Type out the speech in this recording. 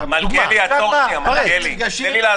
מ-267 חולים קשים וקריטיים להיום,